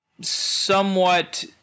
somewhat